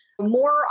more